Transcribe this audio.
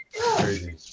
Crazy